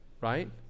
right